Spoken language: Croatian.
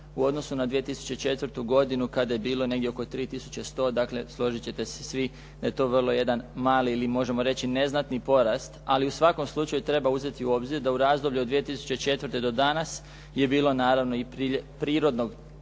u odnosu na 2004. godinu kada je bilo negdje oko 3100, dakle složiti ćete se svi da je to vrlo jedan mali, ili možemo reći neznatni porast, ali u svakom slučaju treba uzeti u obzir da u razdoblju od 2004. do danas je bilo naravno i prirodnog tijeka,